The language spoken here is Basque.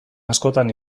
askotan